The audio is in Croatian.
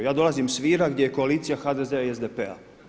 Ja dolazim s Vira gdje je koalicija HDZ-a i SDP-a.